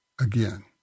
again